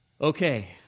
Okay